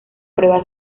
prueba